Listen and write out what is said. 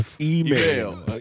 email